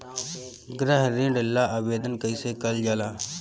गृह ऋण ला आवेदन कईसे करल जाला?